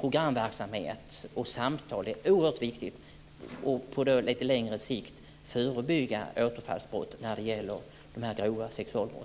programverksamhet och samtal - det är oerhört viktigt - och på lite längre sikt förebygga återfallsbrott när det gäller grova sexualbrott.